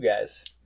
guys